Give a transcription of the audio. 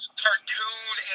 cartoon